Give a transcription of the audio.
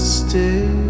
stay